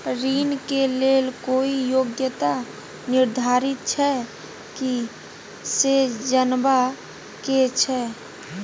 ऋण के लेल कोई योग्यता निर्धारित छै की से जनबा के छै?